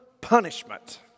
punishment